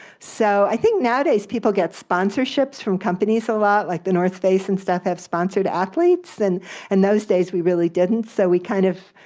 so i think nowadays people get sponsorships from companies a lot, like the north face and stuff have sponsored athletes, and in and those days we really didn't, so we kind of,